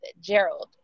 Gerald